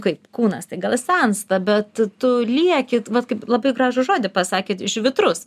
kaip kūnas tai gal ir sensta bet tu lieki vat kaip labai gražų žodį pasakėt žvitrus